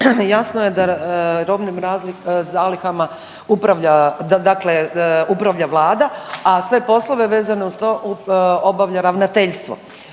jasno je da robnim zalihama upravlja, dakle upravlja vlada, a sve poslove vezane uz to obavlja ravnateljstvo,